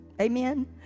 amen